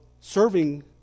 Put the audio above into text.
serving